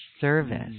service